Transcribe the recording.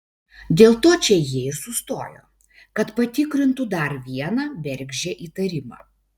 dėl to čia jie ir sustojo kad patikrintų dar vieną bergždžią įtarimą